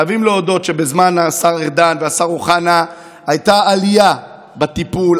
חייבים להודות שבזמן השר ארדן והשר אוחנה הייתה עלייה בטיפול,